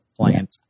plant